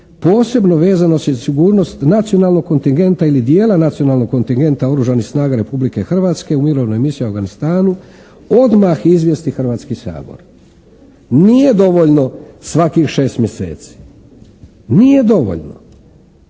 posebno vezano uz nesigurnost nacionalnog kontingenta ili dijela nacionalnog kontingenta Oružanih snaga Republike Hrvatske u mirovnoj misiji u Afganistanu odmah izvijesti Hrvatski sabor. Nije dovoljno svakih 6 mjeseci, nije dovoljno.